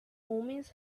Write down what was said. omens